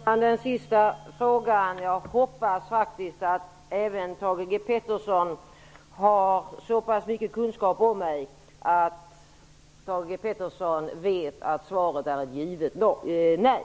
Herr talman! När det gäller den sista frågan hoppas jag faktiskt att även Thage G Peterson har så pass mycket kunskaper om mig att han vet att svaret är ett givet nej.